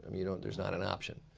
um you know there's not an option.